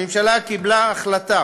הממשלה קיבלה החלטה